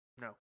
No